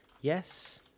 Yes